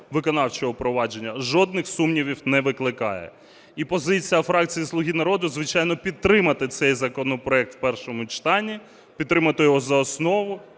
виконавчого провадження, жодних сумнівів не викликає. І позиція фракції "Слуги народу", звичайно, підтримати цей законопроект в першому читанні, підтримати його за основу,